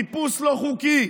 חיפוש לא חוקי,